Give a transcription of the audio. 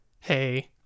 hey